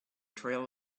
trail